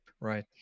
Right